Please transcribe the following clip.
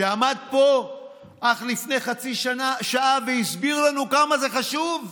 שעמד פה אך לפני חצי שעה והסביר לנו כמה זה חשוב,